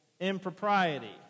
impropriety